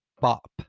bop